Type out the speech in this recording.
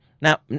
Now